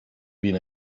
been